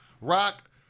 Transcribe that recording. Rock